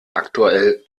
aktuell